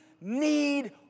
need